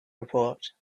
report